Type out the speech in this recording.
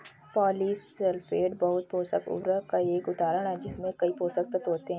polysulphate बहु पोषक उर्वरक का एक उदाहरण है जिसमें कई पोषक तत्व होते हैं